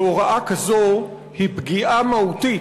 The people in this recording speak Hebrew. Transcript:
היא שהוראה כזו היא פגיעה מהותית